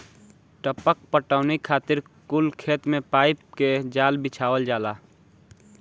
टपक पटौनी खातिर कुल खेत मे पाइप के जाल बिछावल जाला